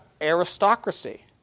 aristocracy